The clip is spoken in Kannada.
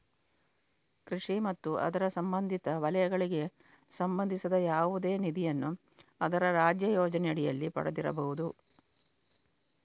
ಕೃಷಿ ಮತ್ತು ಅದರ ಸಂಬಂಧಿತ ವಲಯಗಳಿಗೆ ಸಂಬಂಧಿಸಿದ ಯಾವುದೇ ನಿಧಿಯನ್ನು ಅದರ ರಾಜ್ಯ ಯೋಜನೆಯಡಿಯಲ್ಲಿ ಪಡೆದಿರಬಹುದು